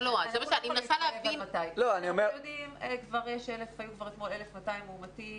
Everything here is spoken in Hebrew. אתמול היו 1,200 מאומתים.